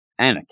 anakin